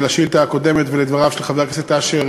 לשאילתה הקודמת ולדבריו של חבר הכנסת אשר